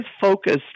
focused